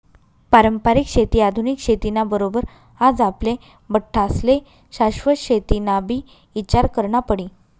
पारंपरिक शेती आधुनिक शेती ना बरोबर आज आपले बठ्ठास्ले शाश्वत शेतीनाबी ईचार करना पडी